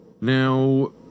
Now